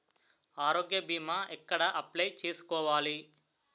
ఆరోగ్య భీమా ఎక్కడ అప్లయ్ చేసుకోవాలి?